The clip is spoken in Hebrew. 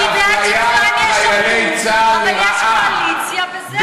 אני בעד שכולם ישרתו, אבל יש קואליציה וזהו.